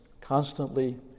constantly